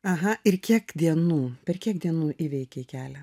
aha ir kiek dienų per kiek dienų įveikei kelią